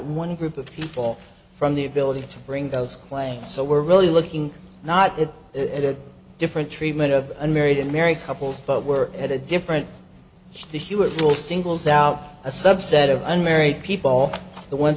one group of people from the ability to bring those claims so we're really looking not at the different treatment of unmarried unmarried couples but were at a different the hewitt will singles out a subset of unmarried people the ones